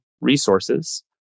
resources